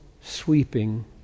sweeping